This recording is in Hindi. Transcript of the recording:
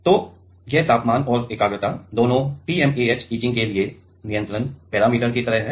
तो ये तापमान और एकाग्रता दोनों TMAH इचिंग के लिए नियंत्रण पैरामीटर की तरह हैं